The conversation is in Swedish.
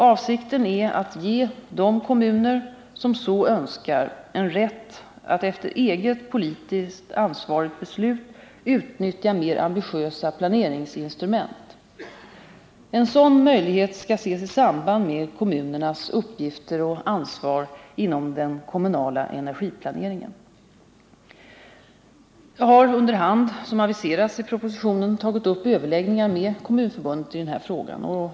Avsikten är att ge de kommuner som så önskar en rätt att efter eget politiskt ansvarigt beslut utnyttja mera ambitiösa planeringsinstrument. En sådan möjlighet skall ses i samband med kommunens uppgifter och ansvar inom den kommunala energiplaneringen. Jag har under hand, som aviserats i propositionen, tagit upp överläggningar med Kommunförbundet i denna fråga.